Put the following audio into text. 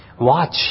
Watch